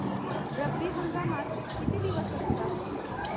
रब्बी हंगामात किती दिवस असतात?